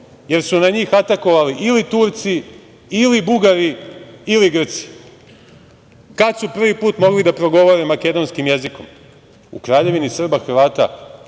jer su na njih atakovali ili Turci ili Bugari ili Grci. Kada su prvi put mogli da progovore makedonskim jezikom? U Kraljevini Srba i Hrvata